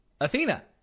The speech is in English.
Athena